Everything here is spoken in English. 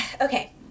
Okay